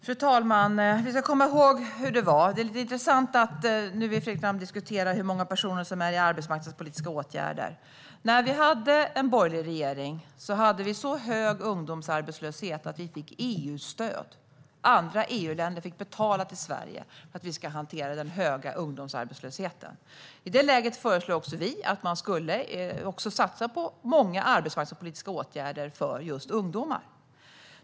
Fru talman! Vi ska komma ihåg hur det var. Det är lite intressant att Fredrik Malm nu vill diskutera hur många personer som är i arbetsmarknadspolitiska åtgärder. När vi hade en borgerlig regering hade vi så hög ungdomsarbetslöshet att vi fick EU-stöd. Andra EU-länder fick betala till Sverige för att vi skulle hantera den höga ungdomsarbetslösheten. I det läget föreslog också vi att man skulle satsa på många arbetsmarknadspolitiska åtgärder för just ungdomar.